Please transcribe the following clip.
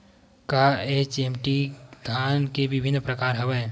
का एच.एम.टी धान के विभिन्र प्रकार हवय?